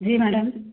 जी madam